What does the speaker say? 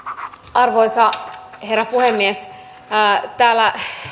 arvoisa herra puhemies täällä